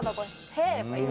like him.